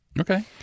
Okay